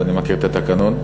ואני מכיר את התקנון.